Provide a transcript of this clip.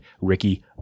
ricky